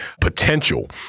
potential